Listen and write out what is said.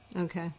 Okay